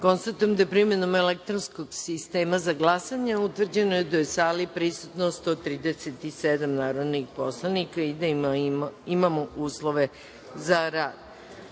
glasanje. Konstatujem da je, primenom elektronskog sistema za glasanje, utvrđeno da je u sali prisutno 137 narodnih poslanika i da imamo uslove za